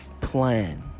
plan